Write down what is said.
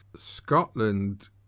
Scotland